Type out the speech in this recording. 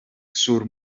sur